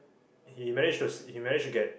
he managed to he managed to get